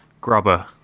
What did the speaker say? Grubber